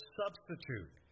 substitute